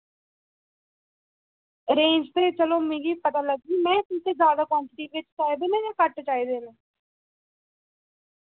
range ते चलो मिकी पता लग्गी मैं तुसें ज्यादा क्वांटिटी बिच चाहिदे न घट्ट चाहिदे न